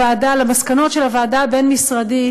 לוועדה, ליישום המסקנות של הוועדה הבין-משרדית,